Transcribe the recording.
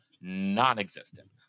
non-existent